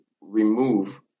remove